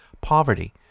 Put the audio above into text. poverty